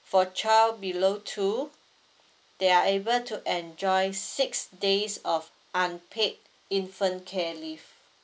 for child below two they are able to enjoy six days off unpaid infant care leave